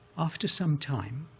after some time,